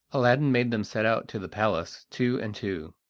aladdin made them set out to the palace, two and two,